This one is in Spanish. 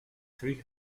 three